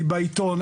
היא בעיתון,